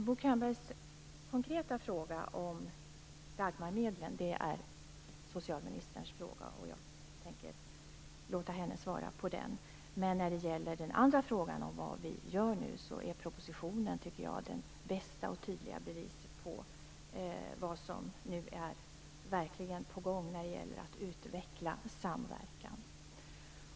Bo Könbergs konkreta fråga om DAGMAR medlen är en fråga för socialministern, och jag tänker låta henne svara på den, men när det gäller den andra frågan, vad vi gör nu, tycker jag att propositionen är det bästa och tydligaste beviset på vad som nu verkligen är på gång när det gäller att utveckla samverkan.